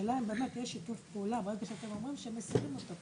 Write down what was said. השאלה היא האם באמת יש שיתוף פעולה ברגע שאתם אומרים כך שמסירים אותו?